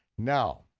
now,